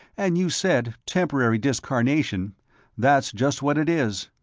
and you said, temporary discarnation that's just what it is.